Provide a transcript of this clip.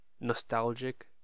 nostalgic